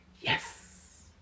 Yes